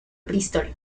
bristol